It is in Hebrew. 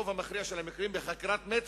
ברוב המכריע של המקרים, בחקירת מצ"ח,